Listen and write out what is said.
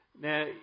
Now